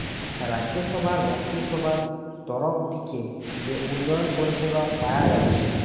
রাজ্যসভার মন্ত্রীসভার তরফ থিকে যে উন্নয়ন পরিষেবা পায়া যাচ্ছে